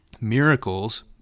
miracles